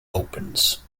opens